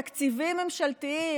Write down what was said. תקציבים ממשלתיים,